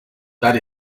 that